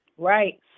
right